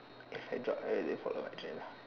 if they drop